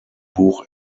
buch